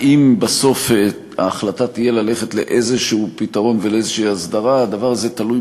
האם בסוף ההחלטה תהיה ללכת לאיזה פתרון ולאיזו הסדרה הדבר הזה תלוי